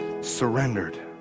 surrendered